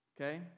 okay